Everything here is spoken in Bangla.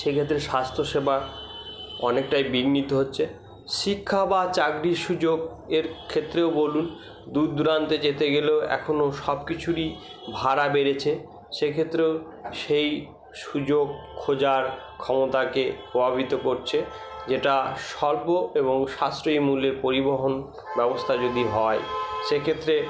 সেই ক্ষেত্রে স্বাস্থ্যসেবার অনেকটাই বিঘ্নিত হচ্ছে শিক্ষা বা চাকরির সুযোগ এর ক্ষেত্রেও বলুন দূর দুরান্তে যেতে গেলেও এখনও সবকিছুরই ভাড়া বেড়েছে সেই ক্ষেত্রেও সেই সুযোগ খোঁজার ক্ষমতাকে প্রভাবিত করছে যেটা সর্ব এবং সাশ্রয়ী মূল্যের পরিবহন ব্যবস্থা যদি হয় সেই ক্ষেত্রে